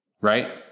Right